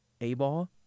A-ball